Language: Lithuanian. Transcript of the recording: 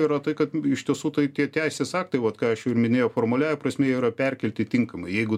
yra tai kad iš tiesų tai tie teisės aktai vot ką aš jau ir minėjau formaliąja prasme yra perkelti tinkamai jeigu